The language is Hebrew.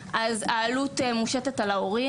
אז העלות מושתת על ההורים.